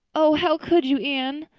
oh how could you, anne?